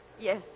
Yes